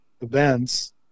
events